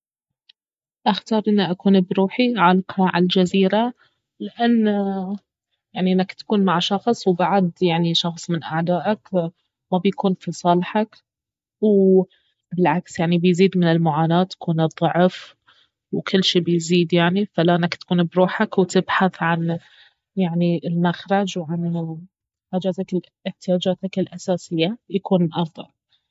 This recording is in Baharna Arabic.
اختار انه أكون بروحي عالقة على الجزيرة لان يعني انك تكون مع شخص وبعد يعني شخص من اعدائك ما بيكون في صالحك وبالعكس يعني بيزيد من المعاناة تكون الضعف وكل شي بيزيد يعني فلا انك تكون بروحك وتبحث عن يعني المخرج وعن احتياجاتك الاساسية يكون افضل